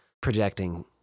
projecting